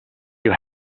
you